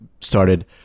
started